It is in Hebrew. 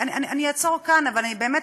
נא לסיים.